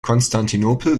konstantinopel